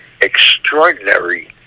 extraordinary